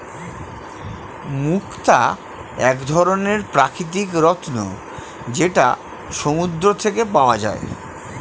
মুক্তা এক ধরনের প্রাকৃতিক রত্ন যেটা সমুদ্র থেকে পাওয়া যায়